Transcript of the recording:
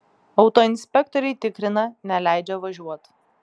autoinspektoriai tikrina neleidžia važiuot